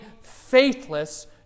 faithless